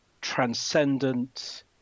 transcendent